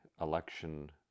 election